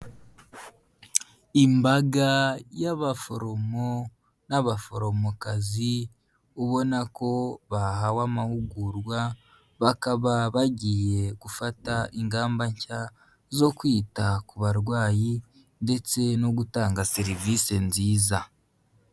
Imbaga y'abaforomo n'abaforomokazi ubona ko bahawe amahugurwa, bakaba bagiye gufata ingamba nshya zo kwita ku barwayi ndetse no gutanga serivisi nziza.